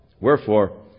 Wherefore